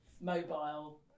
mobile